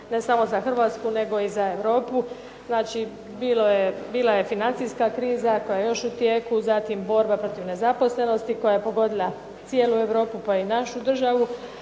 ne samo za Hrvatsku nego i za Europu, znači bila je financijska kriza koja je još u tijeku, zatim borba protiv nezaposlenosti koja je pogodila cijelu Europu pa i našu državu.